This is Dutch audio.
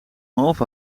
half